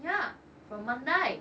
ya from Mandai